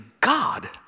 God